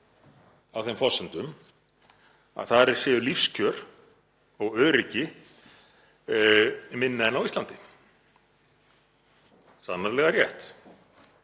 á þeim forsendum að þar séu lífskjör og öryggi minna en á Íslandi, sem er sannarlega rétt.